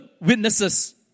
witnesses